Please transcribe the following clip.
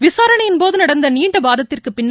விசாரணையின்போது நடந்த நீண்ட வாதத்திற்கு பின்னர்